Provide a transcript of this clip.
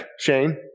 Shane